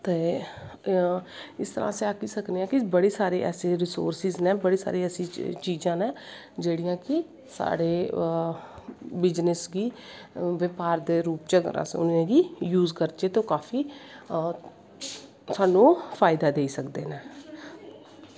ते इस आस्तै अस आक्खी सकने आं कि बड़े सारे ऐसी सोरसिस नै बड़ी सारी ऐसी चीजां नै जेह्ड़ियां कि साढ़े बिजनस गी ब्यापहार दे रूप च अगर अस उनेंगी यूस करचे ते ओह् काफी थोआनू फायदा देई सकदे नै